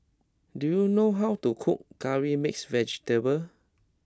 do you know how to cook curry mixed vegetable